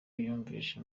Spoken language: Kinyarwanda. yumvise